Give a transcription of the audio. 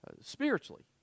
spiritually